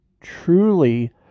truly